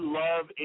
love